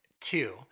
Two